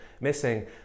missing